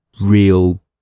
real